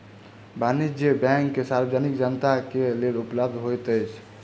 वाणिज्य बैंक सार्वजनिक जनता के लेल उपलब्ध होइत अछि